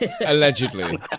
allegedly